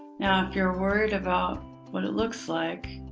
now, if you're worried about what it looks like,